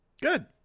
Good